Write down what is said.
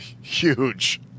Huge